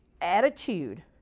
Attitude